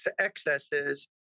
excesses